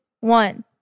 one